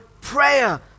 prayer